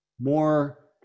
more